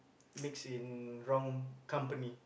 mix in wrong company